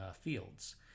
fields